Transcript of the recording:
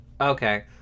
Okay